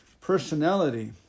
personality